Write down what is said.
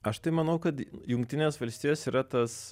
aš tai manau kad jungtinės valstijos yra tas